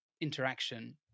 interaction